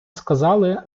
сказали